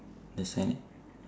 the sign